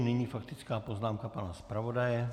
Nyní faktická poznámka pana zpravodaje.